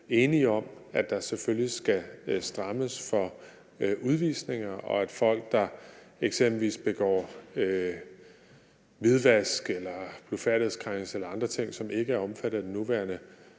enige om, at der selvfølgelig skal strammes i forhold til udvisninger, og at folk, der eksempelvis begår hvidvask eller blufærdighedskrænkelser eller andre ting, som er omfattet af den nuværende